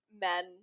men